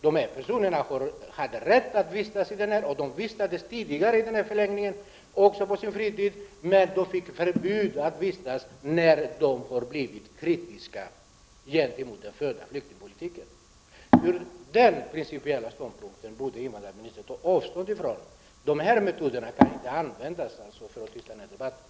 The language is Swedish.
De här personerna har rätt att vistas inom området, och tidigare vistades de i förläggningen också på sin fritid. Men de förbjöds att vistas där sedan de blivit kritiska mot den förda flyktingpolitiken. Ur den principiella synpunkten borde invandrarministern ta avstånd från vad som skett. De här metoderna får inte användas för att tysta ner debatten.